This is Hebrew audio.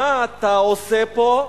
מה אתה עושה פה?